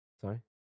Sorry